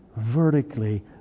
vertically